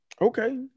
Okay